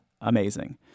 amazing